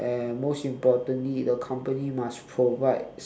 and most importantly the company must provide